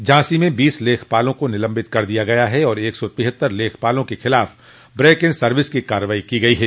झांसी में बीस लेखपालों को निलम्बित कर दिया गया है और एक सौ तिहत्तर लेखपालों के खिलाफ ब्रेक इन सर्विस की कार्रवाई की गई है